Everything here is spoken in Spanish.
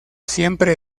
siempre